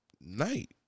Night